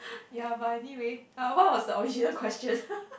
ya but anyway uh what was the original question